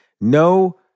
No